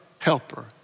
helper